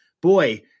Boy